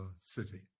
city